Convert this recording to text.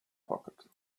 pocket